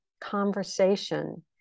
conversation